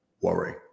worry